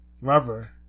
rubber